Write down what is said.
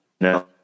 now